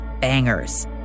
bangers